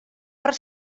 per